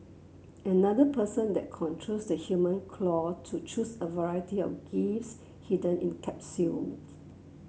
another person then controls the human claw to choose a variety of gifts hidden in capsules